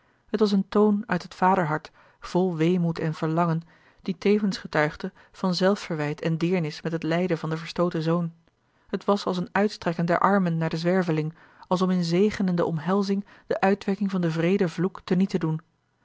het was een toon uit het vaderhart vol weemoed en verlangen die tevens getuigde van zelfverwijt en deernis met het lijden van den verstooten zoon het was als een uitstrekken der armen naar den zwerveling als om in zegenende omhelzing de uitwerking van den wreeden vloek teniet te doen